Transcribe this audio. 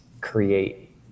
create